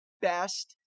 best